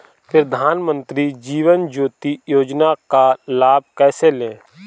प्रधानमंत्री जीवन ज्योति योजना का लाभ कैसे लें?